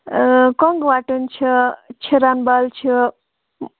کۄنٛگوَٹُن چھِ چھِرَن بَل چھُ